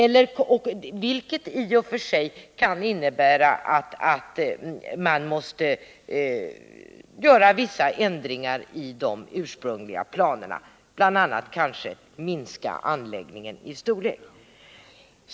Det kan i och för sig innebära att man måste göra vissa ändringar i de ursprungliga planerna, kanske bl.a. minska anläggningen i storlek.